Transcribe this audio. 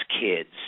kids